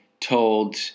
told